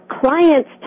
Clients